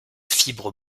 fibre